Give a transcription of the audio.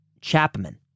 Chapman